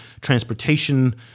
transportation